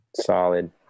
Solid